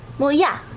well, yeah.